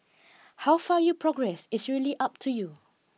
how far you progress is really up to you